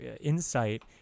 insight